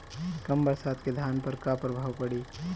कम बरसात के धान पर का प्रभाव पड़ी?